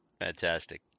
Fantastic